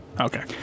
Okay